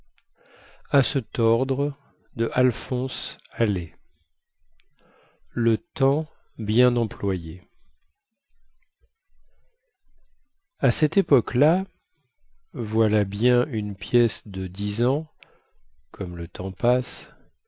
le temps bien employe à cette époque-là voilà bien une pièce de dix ans comme le temps passe